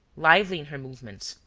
lively in her movements,